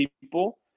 people